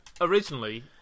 Originally